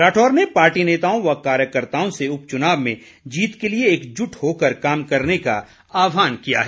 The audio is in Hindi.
राठौर ने पार्टी नेताओं व कार्यकर्ताओं से उपचुनाव में जीत के लिए एकजुट होकर काम करने का आहवान किया है